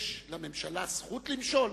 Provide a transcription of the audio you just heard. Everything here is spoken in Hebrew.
יש לממשלה זכות למשול?